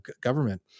government